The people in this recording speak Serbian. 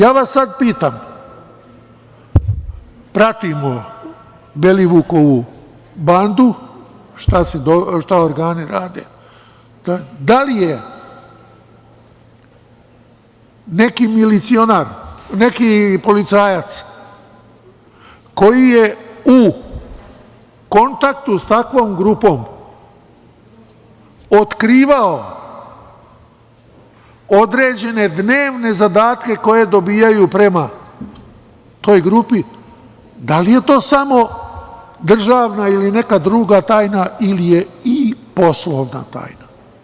Sada vas pitam, pratimo Belivukovu bandu, šta organi rade – da li je neki policajac koji je u kontaktu sa takvom grupom otkrivao određene dnevne zadatke koje dobijaju prema toj grupi, da li je to samo državna ili neka druga tajna ili je i poslovna tajna?